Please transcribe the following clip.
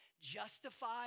justified